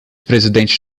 presidentes